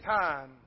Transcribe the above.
time